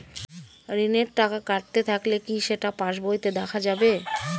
ঋণের টাকা কাটতে থাকলে কি সেটা পাসবইতে দেখা যাবে?